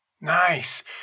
Nice